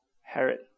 Herod